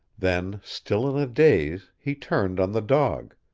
then, still in a daze, he turned on the dog.